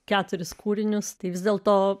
keturis kūrinius tai vis dėl to